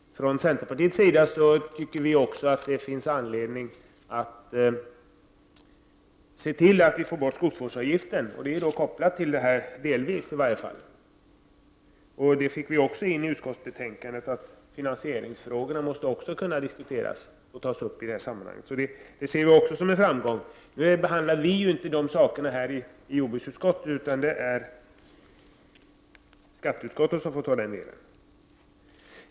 Från centerpartiets sida tycker vi att det är angeläget att skogsvårdsavgiften tas bort. Avgiften är ju delvis kopplad till 5 § 3-bidraget. Vi har även fått med i betänkandet att finansieringsfrågorna måste diskuteras. Det ser vi som en framgång. Nu skall ju egentligen inte jordbruksutskottet behandla detta, utan det är skatteutskottets sak.